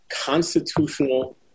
constitutional